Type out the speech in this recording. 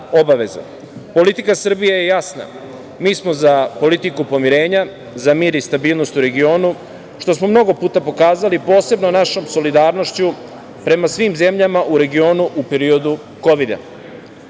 obaveza. Politika Srbije je jasna. Mi smo za politiku pomirenja, za mir i stabilnost u regionu, što smo mnogo puta pokazali, posebno našom solidarnošću prema svim zemljama u regionu u period